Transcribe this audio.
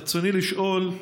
רצוני לשאול: